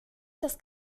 das